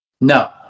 No